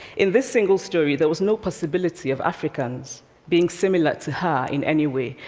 in this single story, there was no possibility of africans being similar to her in any way,